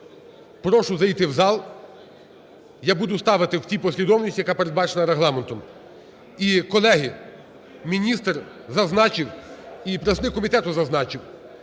прошу зайти в зал, я буду ставити в тій послідовності, яка передбачена Регламентом. І, колеги, міністр зазначив і представник комітету зазначив,